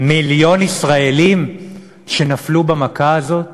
מיליון ישראלים שנפלו במכה הזאת